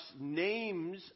names